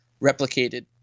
replicated